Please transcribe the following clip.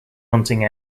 hunting